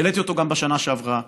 שהעליתי אותו גם בשנה שעברה,